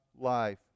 life